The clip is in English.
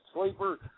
sleeper